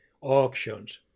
auctions